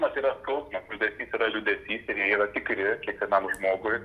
mat yra skausmas liūdesys yra liūdesysir jie yra tikri kiekvienam žmogui